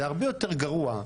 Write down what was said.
זה הרבה יותר גרוע,